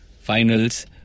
finals